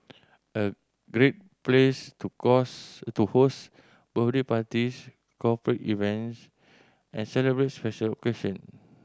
a great place to to host birthday parties corporate events and celebrate special occasion